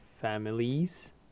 families